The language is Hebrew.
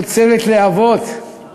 חוצבת להבות, אנחנו מרשים לך.